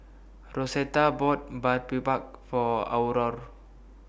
Rosetta bought For Aurore